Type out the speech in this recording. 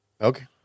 Okay